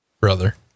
brother